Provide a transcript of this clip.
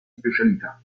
specialità